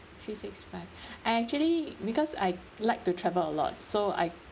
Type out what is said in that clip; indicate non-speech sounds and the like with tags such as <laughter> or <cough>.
three six five <breath> I actually because I like to travel a lot so I